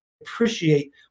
appreciate